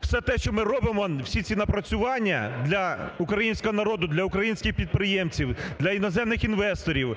Все те, що ми робимо, всі ці напрацювання для українського народу, для українських підприємців, для іноземних інвесторів,